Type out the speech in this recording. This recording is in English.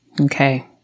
Okay